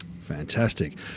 Fantastic